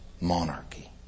monarchy